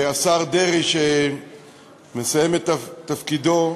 השר דרעי, שמסיים את תפקידו,